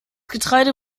getreide